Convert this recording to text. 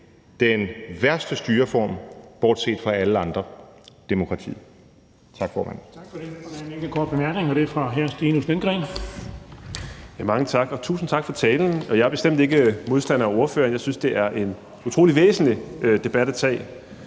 den værste styreform, bortset fra alle andre: demokratiet.